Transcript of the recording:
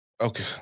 Okay